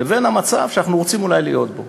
לבין המצב שאנחנו רוצים אולי להיות בו.